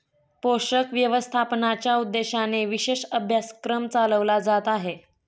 पोषक व्यवस्थापनाच्या उद्देशानेच विशेष अभ्यासक्रम चालवला जात आहे